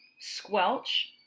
squelch